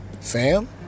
fam